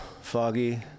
foggy